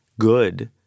good